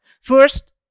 First